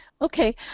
okay